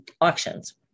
auctions